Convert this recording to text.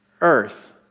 earth